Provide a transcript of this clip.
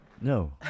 No